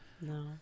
No